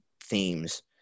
themes